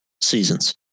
seasons